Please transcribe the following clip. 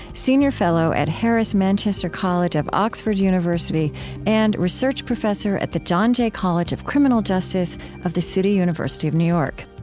senior fellow at harris manchester college of oxford university and research professor at the john jay college of criminal justice of the city university of new york.